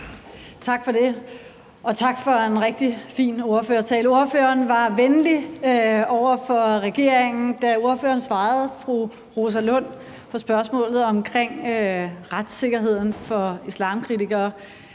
Tak for det, og tak for en rigtig fin ordførertale. Ordføreren var venlig over for regeringen, da ordføreren svarede fru Rosa Lund på spørgsmålet omkring retssikkerheden for islamkritikere.